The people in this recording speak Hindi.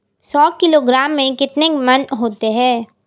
सौ किलोग्राम में कितने मण होते हैं?